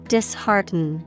Dishearten